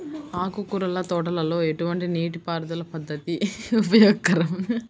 ఆకుకూరల తోటలలో ఎటువంటి నీటిపారుదల పద్దతి ఉపయోగకరం?